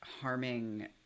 harming